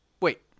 Wait